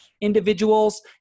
individuals